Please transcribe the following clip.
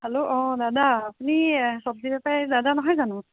hello অ' দাদা আপুনি চবজি বেপাৰী দাদা নহয় জানো